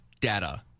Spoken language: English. Data